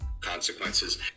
consequences